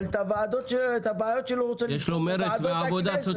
אבל את הבעיות שלו הוא רוצה לפתור בוועדות הכנסת.